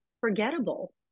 forgettable